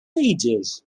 ages